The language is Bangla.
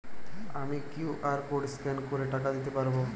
আমি কিউ.আর কোড স্ক্যান করে টাকা দিতে পারবো?